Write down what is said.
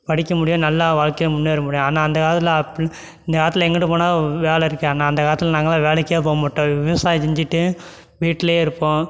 படிக்க முடியும் நல்லா வாழ்க்கைல முன்னேற முடியும் ஆனால் அந்தக் காலத்தில் அப்படி இந்தக் காலத்தில் எங்கிட்டு போனாலும் வேலை இருக்குது ஆனால் அந்தக் காலத்தில் நாங்களாம் வேலைக்கே போக மாட்டோம் விவசாயம் செஞ்சிட்டு வீட்டில் இருப்போம்